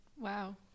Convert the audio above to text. Wow